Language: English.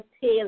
tail